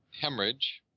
Hemorrhage